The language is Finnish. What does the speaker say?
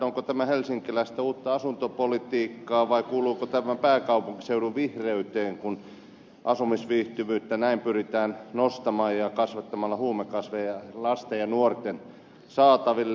onko tämä helsinkiläistä uutta asuntopolitiikkaa vai kuuluuko tämä pääkaupunkiseudun vihreyteen kun asumisviihtyvyyttä näin pyritään nostamaan kasvattamalla huumekasveja lasten ja nuorten saataville